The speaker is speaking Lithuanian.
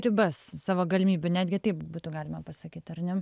ribas savo galimybių netgi taip būtų galima pasakyt ar ne